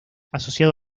asociado